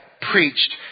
preached